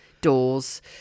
doors